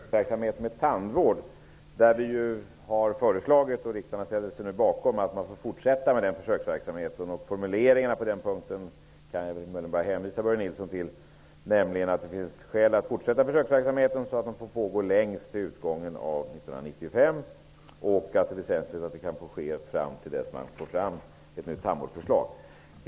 Herr talman! Jag har två kommentarer. Den ena rör frågan om försöksverksamheten med tandvård. Vi har lagt fram förslag som riksdagen ställt sig bakom om att fortsätta med försöksverksamheten. Jag kan bara hänvisa Börje Nilsson till formuleringarna på den punkten, nämligen att det finns skäl att fortsätta försöksverksamheten så att den pågår längst till utgången av 1995. Det är väsentligt att den får fortgå fram till dess att det kommer ett nytt förslag om tandvården.